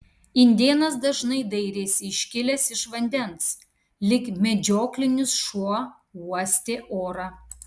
indėnas dažnai dairėsi iškilęs iš vandens lyg medžioklinis šuo uostė orą